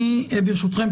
ברשותכם,